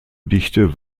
dichte